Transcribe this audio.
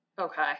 Okay